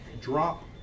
Drop